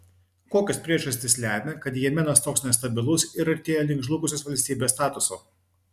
kokios priežastys lemia kad jemenas toks nestabilus ir artėja link žlugusios valstybės statuso